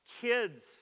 Kids